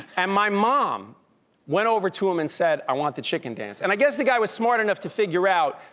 and my mom went over to him and said, i want the chicken dance. and i guess the guy was smart enough to figure out,